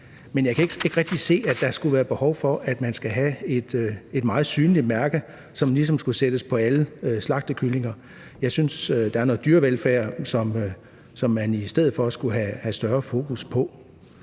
Men jeg kan ikke rigtig se, at der skulle være behov for, at man skal have et meget synligt mærke, som ligesom skulle sættes på alle slagtekyllinger. Jeg synes, der er noget dyrevelfærd, som man i stedet for skulle have større fokus på.